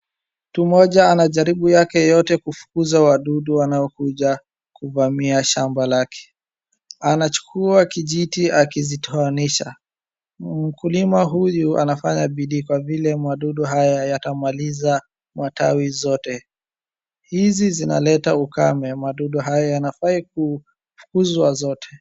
Mtu mmoja anajaribu yake yote kufukuza wadudu wanaokuja kuvamia shamba lake, anachukua kijiti akizitoanisha. Mkulima huyu anafanya bidii kwa vile madudu haya yatamaliza matawi zote. Hizi zinaleta ukame, madudu haya yanafaa kufukuzwa zote.